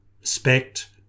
respect